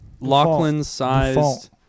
Lachlan-sized